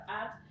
add